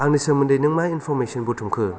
आंनि सोमोन्दै नों मा इन्फरमेसन बुथुमखो